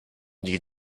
nich